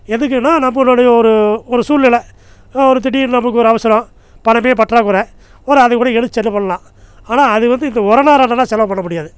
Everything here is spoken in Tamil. எதுக்குனா நான் போனவொடனே ஒரு ஒரு சூழ்நெலை ஒரு திடீர்னு நமக்கு ஒரு அவசரம் பணம் பற்றாக்கொறை ஒரு இருந்துச்சினா பண்ணலாம் ஆனால் அது வந்து இந்த ஒரணா ரெண்டணா செலவு பண்ண முடியாது